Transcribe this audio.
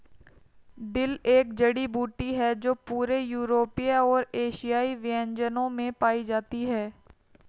dill एक जड़ी बूटी है जो पूरे यूरोपीय और एशियाई व्यंजनों में पाई जाती है